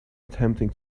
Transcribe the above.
attempting